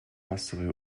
массовые